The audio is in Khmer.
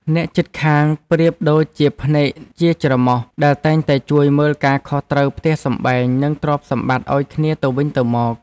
អ្នកជិតខាងប្រៀបដូចជាភ្នែកជាច្រមុះដែលតែងតែជួយមើលការខុសត្រូវផ្ទះសម្បែង និងទ្រព្យសម្បត្តិឱ្យគ្នាទៅវិញទៅមក។